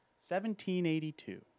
1782